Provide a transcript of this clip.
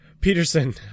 Peterson